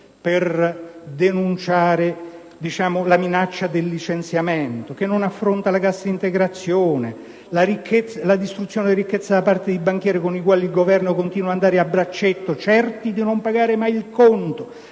per denunciare la minaccia di licenziamento); non affronta neppure la cassa integrazione, né la distruzione della ricchezza ad opera di banchieri con i quali il Governo continua ad andare a braccetto, certi di non pagare mai il conto